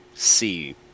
See